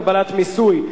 הגבלת מיסוי),